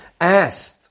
asked